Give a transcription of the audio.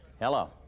Hello